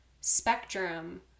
spectrum